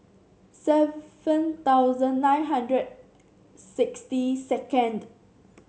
seven thousand nine hundred sixty second